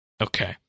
Okay